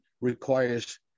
requires